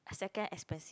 second expensive